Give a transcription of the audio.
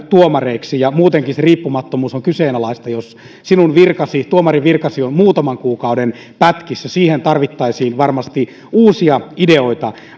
tuomareiksi muutenkin se riippumattomuus on kyseenalaista jos sinun tuomarinvirkasi on muutaman kuukauden pätkissä siihen tarvittaisiin varmasti uusia ideoita